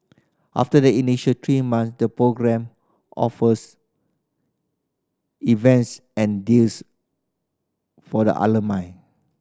after the initial three months the program offers events and deals for the alumni